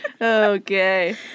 Okay